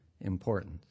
importance